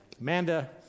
Amanda